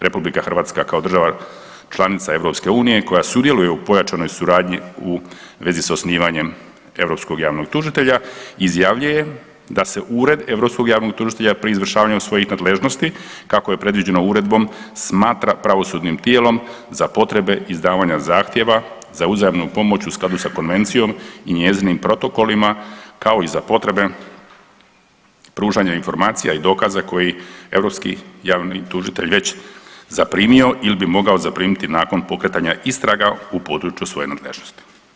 RH kao država članica EU koja sudjeluje u pojačanoj suradnji u vezi s osnivanjem europskog javnog tužitelja izjavljuje da se Ured europskog javnog tužitelja pri izvršavanju svojih nadležnosti kako je predviđeno uredbom smatra pravosudnim tijelom za potrebe izdavanja zahtjeva za uzajamnu pomoć u skladu sa konvencijom i njezinim protokolima kao i za potrebe pružanja informacija i dokaza koji europski javni tužitelj već zaprimio ili bi mogao zaprimiti nakon pokretanja istraga u području svoje nadležnosti.